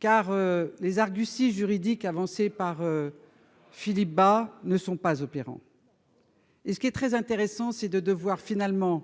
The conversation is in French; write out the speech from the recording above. car les arguties juridiques avancés par Philippe Bas ne sont pas opérants. Et ce qui est très intéressant, c'est de devoir finalement